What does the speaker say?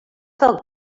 del